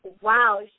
wow